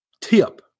tip